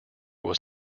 was